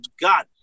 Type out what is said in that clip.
God